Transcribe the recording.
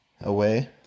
Away